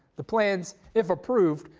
the plans, if approved,